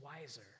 wiser